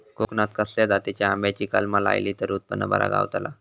कोकणात खसल्या जातीच्या आंब्याची कलमा लायली तर उत्पन बरा गावताला?